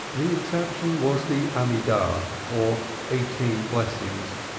the exception was the amidah or eighteen blessings,